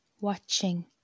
watching